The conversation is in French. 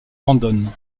brandon